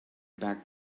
back